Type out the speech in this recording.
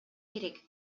керек